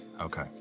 Okay